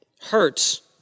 hurts